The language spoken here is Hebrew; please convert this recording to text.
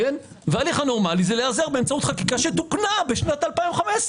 והליך נורמלי זה להיעזר באמצעות חקיקה שתוקנה ב-2015.